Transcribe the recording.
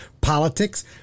politics